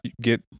get